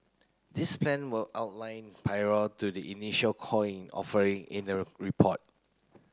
these plan were outlined prior to the initial coin offering in a report